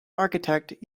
architect